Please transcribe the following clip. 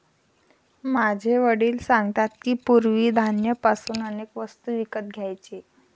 माझे वडील सांगतात की, पूर्वी धान्य पासून अनेक वस्तू विकत घ्यायचे